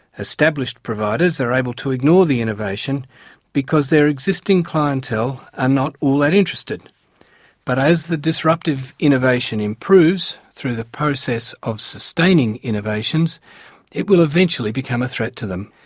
established providers are able to ignore the innovation because their existing clientele are not all that interested but as the disruptive innovation improves through the process of sustaining innovations it will eventually become a threat to them.